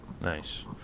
Nice